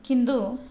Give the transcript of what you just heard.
किन्दु